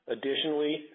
Additionally